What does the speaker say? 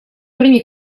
primi